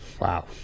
Wow